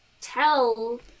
tell